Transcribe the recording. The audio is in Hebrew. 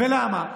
ולמה?